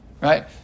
right